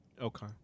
okay